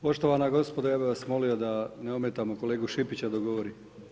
Poštovana gospodo, ja bih vas molio da ne ometamo kolegu Šipića dok govori.